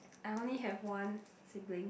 I only have one sibling